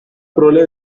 prole